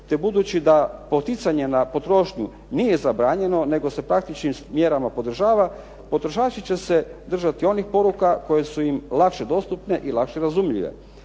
te budući da poticanje na potrošnju nije zabranjeno nego se praktičnim mjerama podržava potrošači će se držati onih poruka koje su im lakše dostupne i lakše razumljive.